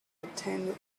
attend